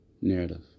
narrative